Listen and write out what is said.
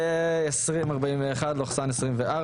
(פ/2041/24),